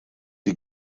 die